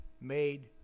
made